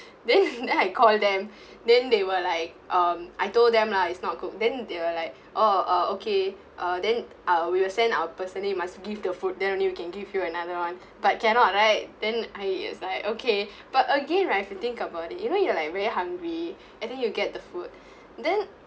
then then I call them then they were like um I told them lah it's not cooked then they were like oh uh okay uh then uh we will send our personnel must give the food then only we can give you another one but cannot right then I was like okay but again right if you think about it you know you are like very hungry and then you get the food then